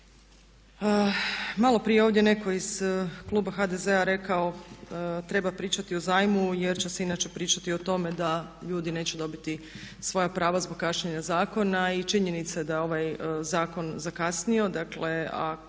Malo prije je ovdje netko iz Kluba HDZ-a rekao treba pričati o zajmu jer će se inače pričati o tome da ljudi neće dobiti svoja prava zbog kašnjenja zakona i činjenica je da ovaj Zakon zakasnio,